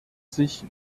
sich